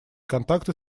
контакты